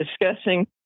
discussing